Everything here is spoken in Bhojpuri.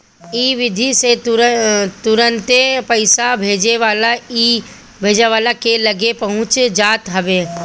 इ विधि से तुरंते पईसा भेजे वाला के लगे पहुंच जात हवे